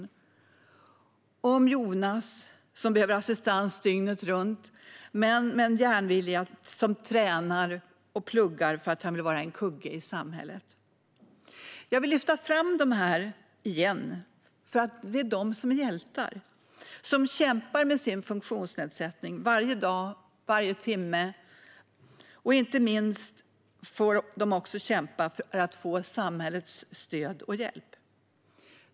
Och jag har talat om Jonas som behöver assistans dygnet runt men som med en järnvilja tränar och pluggar för att han vill vara en kugge i samhället. Jag vill lyfta fram dem igen, för det är de som är hjältar och som kämpar med sin funktionsnedsättning varje dag och varje timme. Inte minst får de också kämpa för att få samhällets stöd och hjälp.